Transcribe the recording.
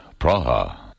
Praha